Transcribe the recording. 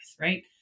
right